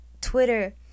Twitter